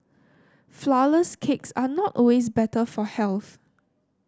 flourless cakes are not always better for health